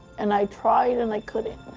and i tried, and i couldn't.